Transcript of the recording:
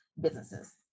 businesses